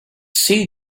see